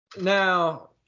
Now